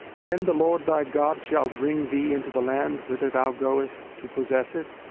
when the lord thy god shall bring thee into the land whither thou goest to possess it,